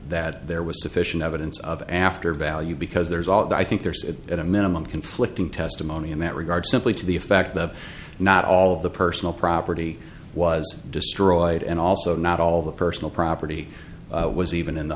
that there was sufficient evidence of after value because there is although i think there's a at a minimum conflicting testimony in that regard simply to the effect that not all of the personal property was destroyed and also not all the personal property was even in the